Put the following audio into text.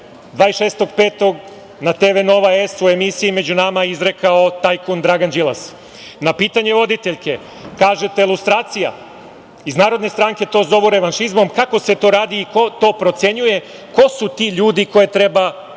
maja, na TV „Nova S“ u emisiji „Među nama“, izrekao tajkun Dragan Đilas. Na pitanje voditeljke, kažete lustracija. Iz Narodne stranke to zovu revanšizmom. Kako se to radi i ko to procenjuje, ko su ti ljudi koje treba